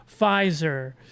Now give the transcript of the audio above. Pfizer